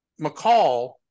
McCall